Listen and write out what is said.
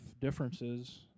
differences